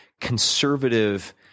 conservative